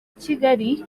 kigali